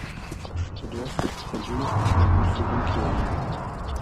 aš atiduosiu edžiui nuo jūsų linkėjimų